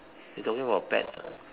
you talking about pets